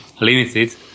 limited